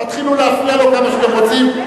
תתחילו להפריע לו כמה שאתם רוצים.